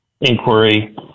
inquiry